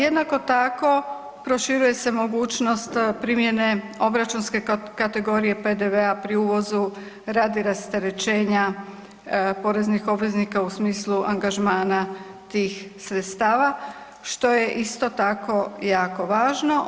Jednako tako, proširuje se mogućnost primjene obračunske kategorije PDV-a pri uvozu radi rasterećenja poreznih obveznika u smislu angažmana tih sredstava, što je isto tako jako važno.